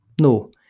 No